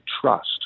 trust